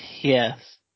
Yes